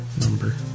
number